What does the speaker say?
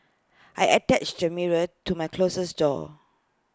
I attached A mirror to my closet door